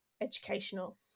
educational